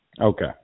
Okay